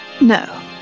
No